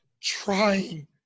trying